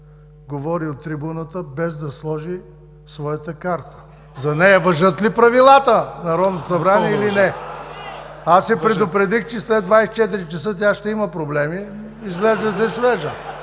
говори от трибуната без да сложи своята карта? За нея важат ли правилата в Народното събрание или не? Аз я предупредих, че след 24 часа, тя ще има проблеми – изглеждаше свежа?!